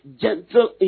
gentle